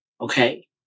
Okay